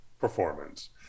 performance